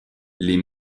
les